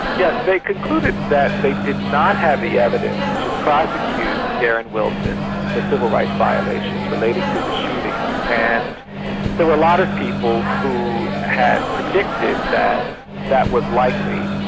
yes, they concluded that they did not have the evidence to prosecute darren wilson for civil rights violations relating to the shooting. and there were a lot of people who had predicted that that was likely.